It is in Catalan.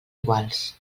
iguals